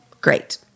great